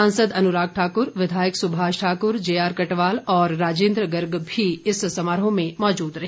सांसद अनुराग ठाकुर विधायक सुभाष ठाकुर जेआर कटवाल और राजेन्द्र गर्ग भी समारोह में मौजूद रहे